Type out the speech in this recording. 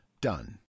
done